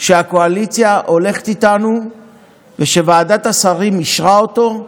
שהקואליציה הולכת איתנו ושוועדת השרים אישרה אותו,